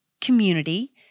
community